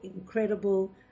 incredible